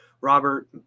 Robert